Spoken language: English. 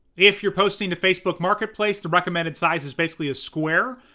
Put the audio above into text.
if you're posting to facebook marketplace, the recommended size is basically a square,